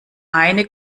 eine